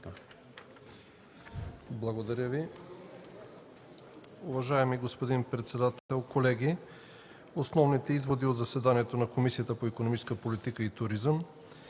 Благодаря Ви.